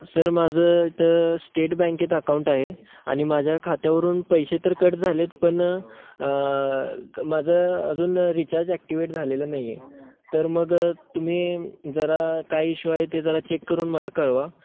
sir माझं इथं state बँकेत अकाऊंट आहे आणि माझ्या खात्यावरून पैसे तर कट झाले आहेत पण माझं अजून रिचार्ज ॲक्टिवेट झालेलं नाही आहे तर मग तुम्ही जरा काय इश्यू आहे ते जरा चेक करून मला कळवा